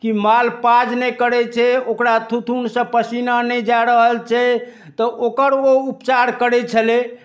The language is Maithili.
कि माल पाउज नहि करै छै ओकरा थुथुन सँ पसीना नहि जा रहल छै तऽ ओकर ओ उपचार करै छलै